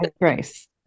Grace